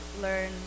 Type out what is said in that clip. learn